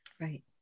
Right